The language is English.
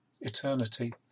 eternity